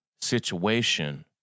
situation